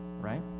right